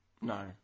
No